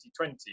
2020